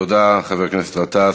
תודה, חבר הכנסת גטאס.